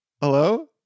Hello